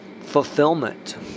fulfillment